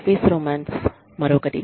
office romance మరొకటి